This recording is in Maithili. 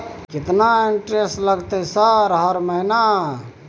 केतना इंटेरेस्ट लगतै सर हर महीना?